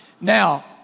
Now